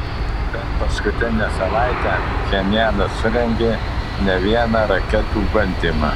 per paskutinę savaitę pchenjanas surengė ne vieną raketų bandymą